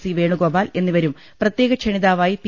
C Venugopal എന്നിവരും പ്രത്യേക ക്ഷണിതാവായി പി